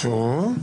טוב.